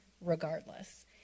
regardless